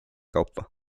kaupa